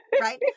Right